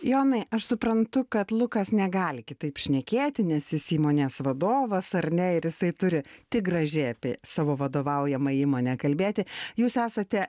jonai aš suprantu kad lukas negali kitaip šnekėti nes jis įmonės vadovas ar ne ir jisai turi tik gražiai apie savo vadovaujamą įmonę kalbėti jūs esate